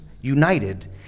united